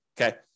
okay